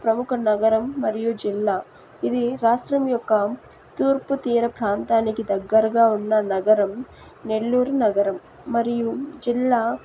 ప్రముఖ నగరం మరియు జిల్లా ఇది రాష్ట్రం యొక్క తూర్పు తీర ప్రాంతానికి దగ్గరగా ఉన్న నగరం నెల్లూరు నగరం మరియు జిల్లా